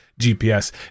GPS